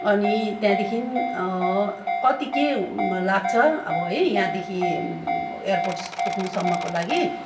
अनि त्यहाँदेखिन् कति के लाग्छ अब है यहाँदेखि एयरपोर्ट पुग्नुसम्मको लागि